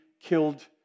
killed